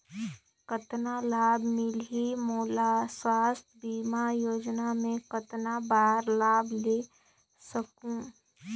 कतना लाभ मिलही मोला? स्वास्थ बीमा योजना मे कतना बार लाभ ले सकहूँ?